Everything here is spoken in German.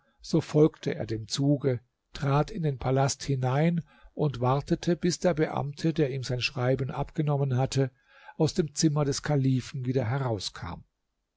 so folgte er dem zuge trat in den palast hinein und wartete bis der beamte der ihm sein schreiben abgenommen hatte aus dem zimmer des kalifen wieder herauskam